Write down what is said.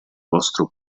vostro